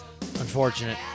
unfortunate